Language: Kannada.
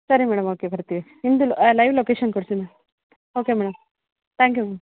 ಸರಿ ಮೇಡಮ್ ಓಕೆ ಬರ್ತೀವಿ ನಿಮ್ಮದು ಲೈವ್ ಲೊಕೇಶನ್ ಕಳ್ಸಿ ma'am okay madam thank you ma'am